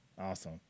Awesome